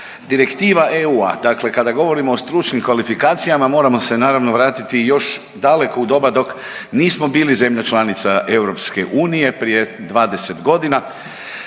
Direktiva EU, dakle kada govorimo o stručnim kvalifikacijama moramo se naravno vratiti još daleko u doba dok nismo bili zemlja članica EU prije 20 godina